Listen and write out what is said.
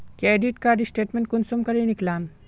Credit card statement कुंसम करे निकलाम?